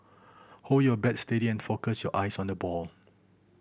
hold your bat steady and focus your eyes on the ball